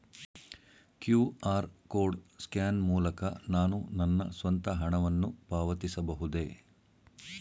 QR code scan ಮೂಲಕ ನಾನು ನನ್ನ ಸ್ವಂತ ಹಣವನ್ನು ಪಾವತಿಸಬಹುದೇ?